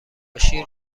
شیر